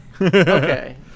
Okay